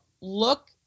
look